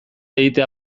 egitea